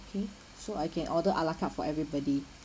okay so I can order a la carte for everybody